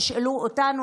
תשאלו אותנו.